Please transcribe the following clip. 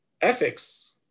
Ethics